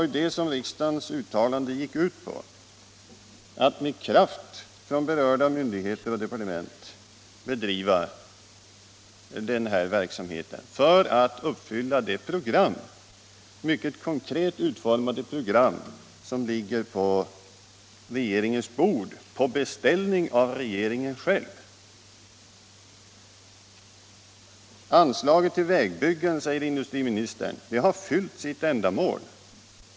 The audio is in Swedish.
Riksdagens tidigare uttalande gick också ut på att berörda myndigheter och departement med kraft skulle bedriva verksamheten i Vindelälvsområdet för att förverkliga det mycket konkret utformade program som ligger på regeringens bord på beställning av den förra regeringen. Industriministern säger att anslagen till vägbyggen har fyllt sitt ändamål.